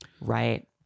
Right